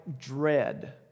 dread